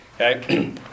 Okay